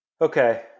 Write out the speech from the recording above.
Okay